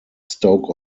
stoke